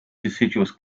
deciduous